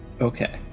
Okay